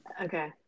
Okay